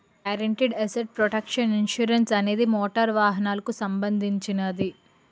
guaranteed asset protection insurance అనేది motor వాహనాలకు సంబంధించినది